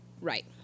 Right